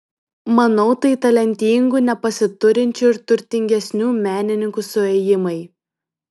manau tai talentingų nepasiturinčių ir turtingesnių menininkų suėjimai